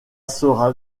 sera